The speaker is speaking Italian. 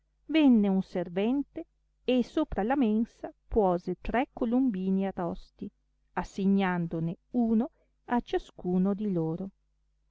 venne un servente e sopra la mensa puose tre columbini arrosti assignandone uno a ciascuno di loro